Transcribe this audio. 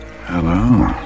Hello